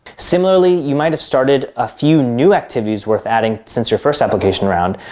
similarly, you might have started a few new activities worth adding since your first application round.